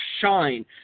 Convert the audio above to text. shine